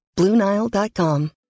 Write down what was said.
BlueNile.com